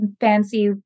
fancy